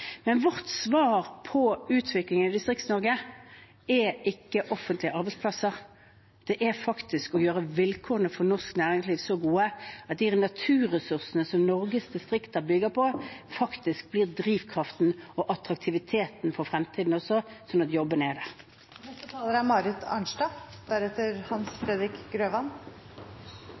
er ikke offentlige arbeidsplasser, men faktisk å gjøre vilkårene for norsk næringsliv så gode at de naturressursene Norges distrikter bygger på, blir drivkraften og attraktiviteten også for fremtiden, slik at jobbene er der. Jeg tror det er